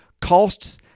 costs